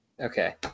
Okay